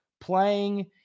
Playing